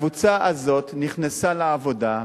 הקבוצה הזאת נכנסה לעבודה,